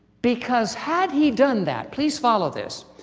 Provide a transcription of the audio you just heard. because had he done that. please follow this.